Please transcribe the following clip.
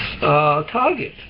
target